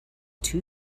too